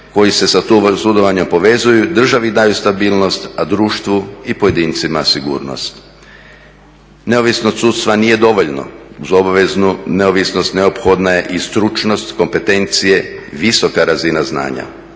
koji se za tu … sudovanja povezuju, državi daju stabilnost, a društvu i pojedincima sigurnost. Neovisnost sudstva nije dovoljno uz obveznu neovisnost neophodna je i stručnost, kompetencije, visoka razina znanja.